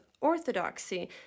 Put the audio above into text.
orthodoxy